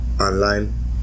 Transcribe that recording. online